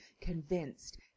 convinced